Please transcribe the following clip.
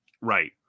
Right